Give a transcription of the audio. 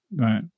Right